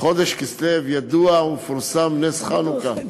חודש כסלו ידוע ומפורסם בנס חנוכה.